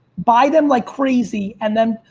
buy them like crazy. and then,